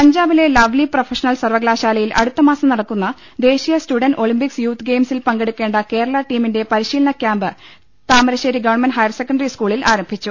പഞ്ചാബിലെ Lovely Professional സർവകലാ ശാലയിൽ അടു ത്തമാസം നടക്കുന്ന ദേശീയ സ്റ്റുഡന്റ് ഒളിംപിക്സ് യൂത്ത് ഗെയിംസിൽ പങ്കെടുക്കേണ്ട കേരള ടീമിന്റെ പരിശീലന ക്യാംപ് താമരശ്ശേരി ഗവ ഹയർസെക്കൻഡറി സ്കൂളിൽ ആരംഭിച്ചു